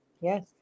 Yes